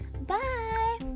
bye